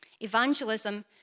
Evangelism